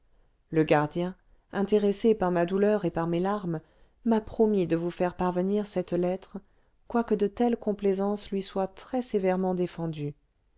le gardien intéressé par ma douleur et par mes larmes m'a promis de vous faire parvenir cette lettre quoique de telles complaisances lui soient très sévèrement défendues